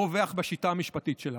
הרווח בשיטה המשפטית שלנו.